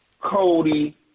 Cody